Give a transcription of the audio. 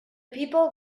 people